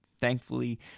thankfully